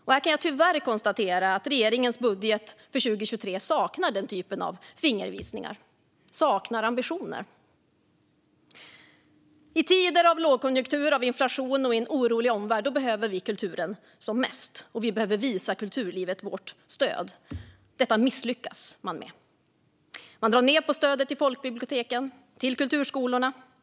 Jag kan tyvärr konstatera att regeringens budget för 2023 saknar den typen av fingervisningar liksom ambitioner. I tider av lågkonjunktur och inflation i en orolig omvärld behöver vi kulturen som mest, och vi behöver visa kulturlivet vårt stöd. Detta misslyckas man med. Man drar ned på stödet till folkbiblioteken och till kulturskolorna.